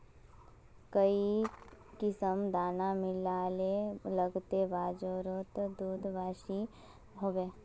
काई किसम दाना खिलाले लगते बजारोत दूध बासी होवे?